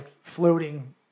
floating